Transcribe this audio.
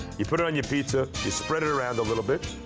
you put it on your pizza, you spread it around a little bit.